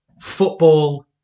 football